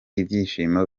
ibyishimo